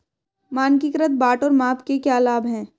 मानकीकृत बाट और माप के क्या लाभ हैं?